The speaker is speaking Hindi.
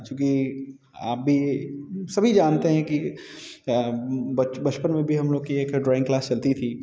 चूँकि आप भी सभी जानते हैं कि बचपन में भी हम लोग की एक ड्रॉइंग क्लास चलती थी